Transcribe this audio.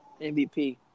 MVP